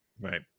Right